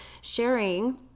sharing